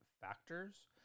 factors